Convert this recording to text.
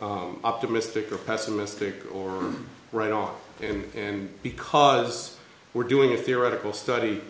optimistic or pessimistic or right off and because we're doing a theoretical study